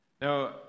Now